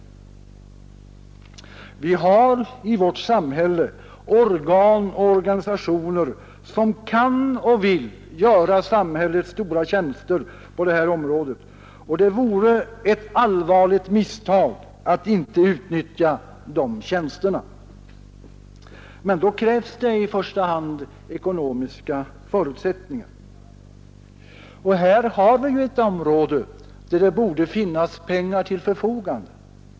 Vi har i vårt samhälle organ och organisationer, som kan och vill göra samhället stora tjänster på det här området, och det vore ett allvarligt misstag att inte utnyttja de tjänsterna. Men då krävs i första hand ekonomiska förutsättningar. Och här har vi ett område, där det borde finnas pengar till förfogande.